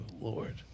Lord